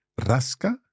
rasca